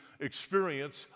experience